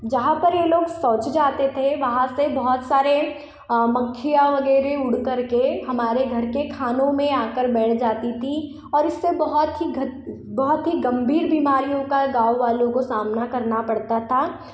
जहाँ पर ये लोग शौच जाते थे वहाँ से बहुत सारे मक्खियाँ वग़ैरह उड़ कर के हमारे घर के खानों में आ कर बैठ जाती थी और इससे बहुत ही बहुत ही गंभीर बीमारियों का गाँव वालों को सामना करना पड़ता था